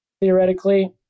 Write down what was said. theoretically